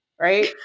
right